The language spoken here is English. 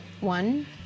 One